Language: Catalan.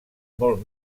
molt